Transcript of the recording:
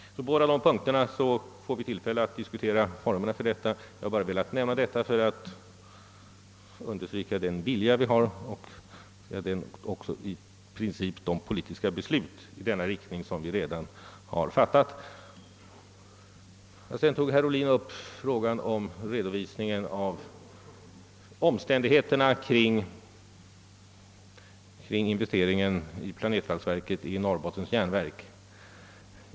På båda dessa punkter får vi alltså tillfälle att diskutera formerna för en förbättrad insyn. Jag har velat nämna detta för att understryka den vilja vi har och även de politiska beslut i denna riktning som vi redan i princip fattat. Herr Ohlin tog upp frågan om redovisningen av omständigheterna kring investeringen vid planetvalsverket i Norrbottens jernverk.